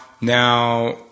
now